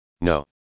No